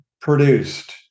produced